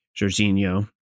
Jorginho